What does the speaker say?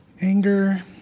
Anger